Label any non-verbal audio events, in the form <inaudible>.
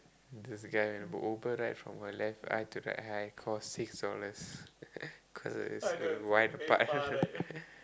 there's a guy in the book from my left eye to right eye cost six dollars <laughs> cause it is uh why the part <laughs>